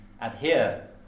adhere